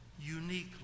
uniquely